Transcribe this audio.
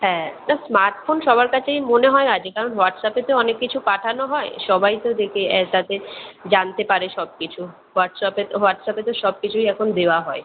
হ্যাঁ না স্মার্টফোন সবার কাছেই মনে হয় আছে কারণ হোয়াটসঅ্যাপে তো অনেক কিছু পাঠানো হয় সবাই তো দেখে তাতে জানতে পারে সব কিছু হোয়াটসঅ্যাপে তো হোয়াটসঅ্যাপে তো সব কিছুই এখন দেওয়া হয়